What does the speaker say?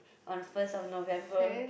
on the first of November